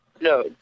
no